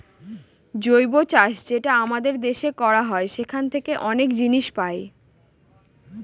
জৈব চাষ যেটা আমাদের দেশে করা হয় সেখান থাকে অনেক জিনিস পাই